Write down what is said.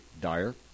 dire